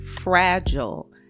fragile